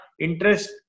interest